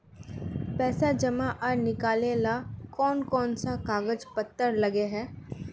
पैसा जमा आर निकाले ला कोन कोन सा कागज पत्र लगे है?